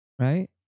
right